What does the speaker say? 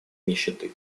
нищеты